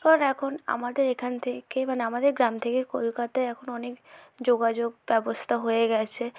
কারণ এখন আমাদের এখান থেকে মানে আমাদের গ্রাম থেকে কলকাতায় এখন অনেক যোগাযোগ ব্যবস্থা হয়ে গেছে